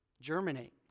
germinate